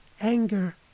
anger